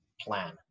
plan